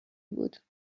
بود